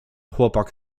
chłopak